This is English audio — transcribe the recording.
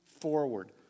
forward